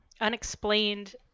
unexplained